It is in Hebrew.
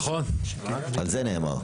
על זה נאמר.